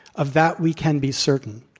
of that, we can be certain.